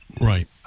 right